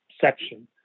section